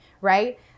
right